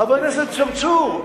חבר הכנסת צרצור,